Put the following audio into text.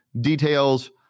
details